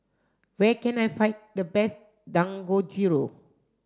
where can I find the best Dangojiru